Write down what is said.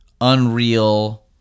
unreal